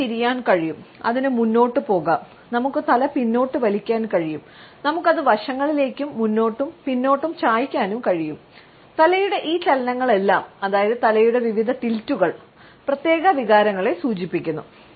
അതിന് തിരിയാൻ കഴിയും അതിന് മുന്നോട്ട് പോകാം നമുക്ക് തല പിന്നോട്ട് വലിക്കാൻ കഴിയും നമുക്ക് അത് വശങ്ങളിലേക്കും മുന്നോട്ടും പിന്നോട്ടും ചായ്ക്കാനും കഴിയും തലയുടെ ഈ ചലനങ്ങളെല്ലാം അതായത് തലയുടെ വിവിധ ടിൽറ്റുകൾ പ്രത്യേക വികാരങ്ങളെ സൂചിപ്പിക്കുന്നു